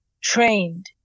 trained